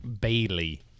Bailey